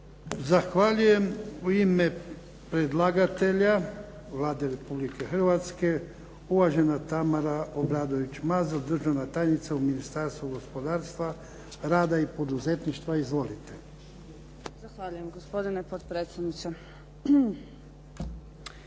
Zahvaljujem. U ime predlagatelja Vlade Republike Hrvatske uvažena Tamara Obradović Mazal državna tajnica u Ministarstvu gospodarstva, rada i poduzetništva. Izvolite. **Obradović Mazal, Tamara** Zahvaljujem gospodine potpredsjedniče.